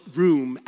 room